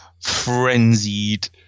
frenzied